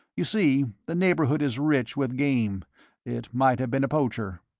you see, the neighbourhood is rich with game it might have been a poacher.